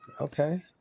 Okay